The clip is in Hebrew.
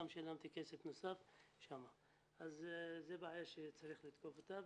שילמתי כסף נוסף שם, אז זו בעיה שצריך לתקוף אותה.